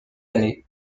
année